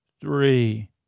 three